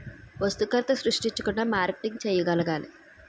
వస్తు కొరత సృష్టించకుండా మార్కెటింగ్ చేయగలగాలి